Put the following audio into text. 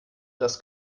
das